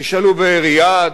תשאלו בריאד,